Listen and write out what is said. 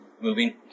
moving